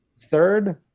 third